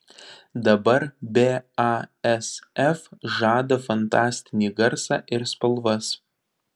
dabar basf žada fantastinį garsą ir spalvas